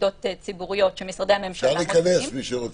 תעודות הציבוריות שמשרדי הממשלה מוציאים,